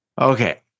Okay